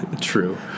true